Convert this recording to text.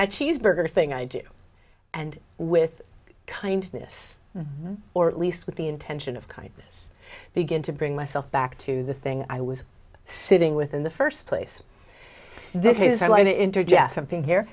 that cheeseburger thing i do and with kindness or at least with the intention of kindness begin to bring myself back to the thing i was sitting with in the first place this is i interject something